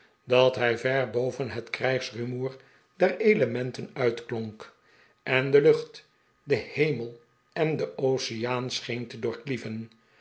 dat hij ver boven het krijgsrumoef der elementen uitklonk en de lucht den hemel eity den oceaan scheen te